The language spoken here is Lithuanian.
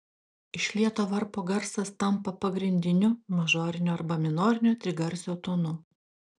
išlieto varpo garsas tampa pagrindiniu mažorinio arba minorinio trigarsio tonu